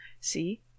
See